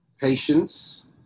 patience